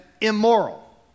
immoral